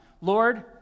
Lord